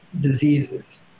diseases